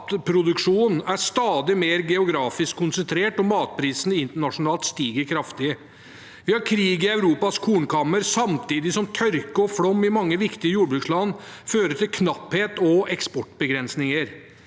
matproduksjon er stadig mer geografisk konsentrert, og matprisene internasjonalt stiger kraftig. Vi har krig i Europas kornkammer samtidig som tørke og flom i mange viktige jordbruksland fører til knapphet og eksportbegrensninger.